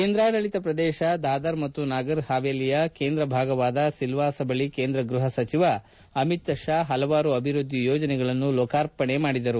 ಕೇಂದ್ರಾಡಳಿತ ಪ್ರದೇಶ ದಾದರ್ ಮತ್ತು ನಾಗರ್ ಹವೇಲಿಯ ಕೇಂದ್ರ ಭಾಗವಾದ ಸಿಲ್ವಾಸ ಬಳಿ ಕೇಂದ್ರ ಗೃಹ ಸಚಿವ ಅಮಿತ್ ಶಾ ಹಲವಾರು ಅಭಿವೃದ್ದಿ ಯೋಜನೆಗಳನ್ನು ಲೋಕಾರ್ಪಣೆ ಮಾಡಿದರು